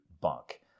bunk